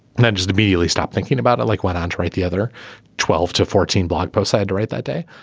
and i just immediately stopped thinking about it like went on to write the other twelve to fourteen blog post i had to write that day